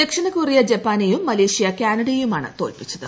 ദക്ഷിണ കൊറിയ ജപ്പാനെയും മലേഷ്യ കാനഡയെയുമാണ് തോൽപ്പിച്ചത്